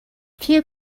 few